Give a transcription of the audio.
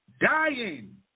dying